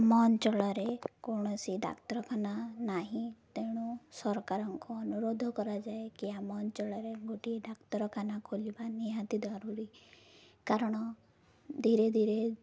ଆମ ଅଞ୍ଚଳରେ କୌଣସି ଡାକ୍ତରଖାନା ନାହିଁ ତେଣୁ ସରକାରଙ୍କ ଅନୁରୋଧ କରାଯାଏ କି ଆମ ଅଞ୍ଚଳରେ ଗୋଟିଏ ଡାକ୍ତରଖାନା ଖୋଲିବା ନିହାତି ଜରୁରୀ କାରଣ ଧୀରେ ଧୀରେ